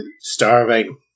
Starving